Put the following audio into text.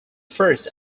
first